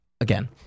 again